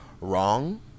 wrong